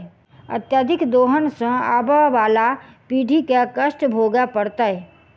अत्यधिक दोहन सँ आबअबला पीढ़ी के कष्ट भोगय पड़तै